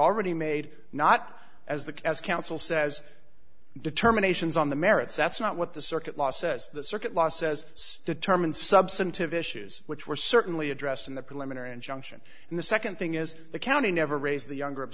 already made not as the as counsel says determinations on the merits that's not what the circuit law says the circuit law says to term and substantive issues which were certainly addressed in the preliminary injunction and the nd thing is the county never raised the younger